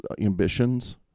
ambitions